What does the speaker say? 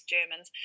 Germans